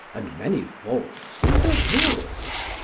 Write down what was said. and many vaults in the hills.